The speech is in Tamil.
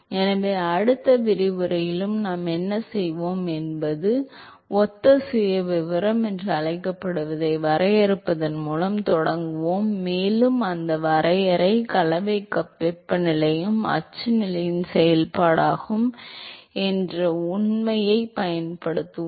எனவே அடுத்த விரிவுரையாளரில் நாம் என்ன செய்வோம் என்பது ஒத்த சுயவிவரம் என அழைக்கப்படுவதை வரையறுப்பதன் மூலம் தொடங்குவோம் மேலும் அந்த வரையறை கலவை கப் வெப்பநிலையும் அச்சு நிலையின் செயல்பாடாகும் என்ற உண்மையைப் பயன்படுத்துவோம்